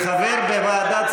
אין לך דרך,